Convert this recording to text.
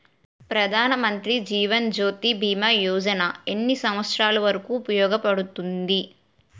ప్రధాన్ మంత్రి జీవన్ జ్యోతి భీమా యోజన ఎన్ని సంవత్సారాలు వరకు ఉపయోగపడుతుంది?